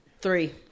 Three